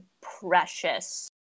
precious